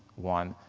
one,